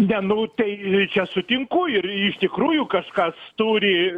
ne nu tai ir čia sutinku ir iš tikrųjų kažkas turi